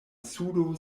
sudo